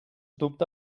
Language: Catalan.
dubte